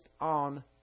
on